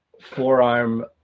forearm